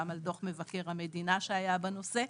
גם על דוח מבקר המדינה שהיה בנושא.